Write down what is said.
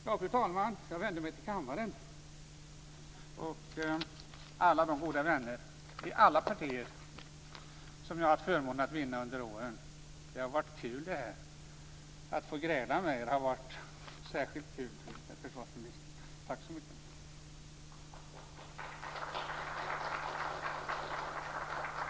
Ja, fru talman, jag vänder mig till kammaren och alla de goda vänner i alla partier som jag har haft förmånen att vinna under åren. Det har varit kul det här! Att ha fått gräla med er har varit särskilt kul, också med herr försvarsministern! Tack så mycket!